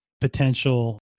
potential